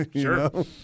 Sure